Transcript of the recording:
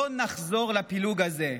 לא נחזור לפילוג הזה.